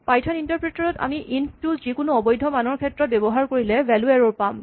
Python interpreter ত আমি int টো যিকোনো অবৈধ্য মানৰ ৰ ক্ষেত্ৰত ব্যৱহাৰ কৰিলে ভ্যেলু এৰ'ৰ পাম